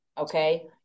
okay